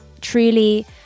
truly